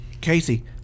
Casey